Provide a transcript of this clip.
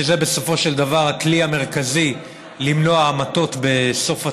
שזה בסופו של דבר הכלי המרכזי למנוע המתות בסוף התהליך,